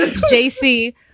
JC